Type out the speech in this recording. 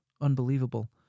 Unbelievable